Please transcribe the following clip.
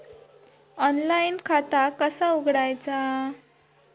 Online खाता कसा उघडायचा?